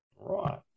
right